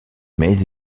mais